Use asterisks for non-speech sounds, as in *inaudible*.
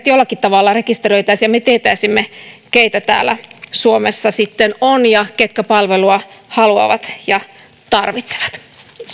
*unintelligible* jollakin tavalla rekisteröitäisiin ja me tietäisimme keitä täällä suomessa sitten on ja ketkä palvelua haluavat ja tarvitsevat